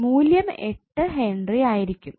മൂല്യം 8 ഹെൻറി ആയിരിക്കും